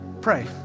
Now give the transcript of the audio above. pray